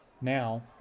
Now